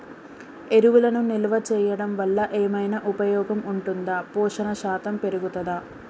ఎరువులను నిల్వ చేయడం వల్ల ఏమైనా ఉపయోగం ఉంటుందా పోషణ శాతం పెరుగుతదా?